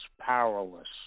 powerless